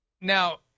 Now